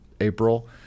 April